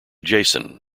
jason